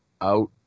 out